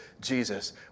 Jesus